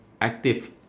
active